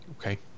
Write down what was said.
Okay